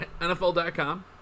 NFL.com